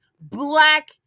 black